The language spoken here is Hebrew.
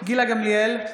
גילה גמליאל,